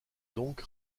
donc